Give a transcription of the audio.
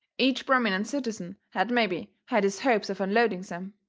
each prominent citizen had mebby had his hopes of unloading some.